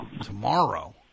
Tomorrow